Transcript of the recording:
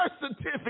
certificate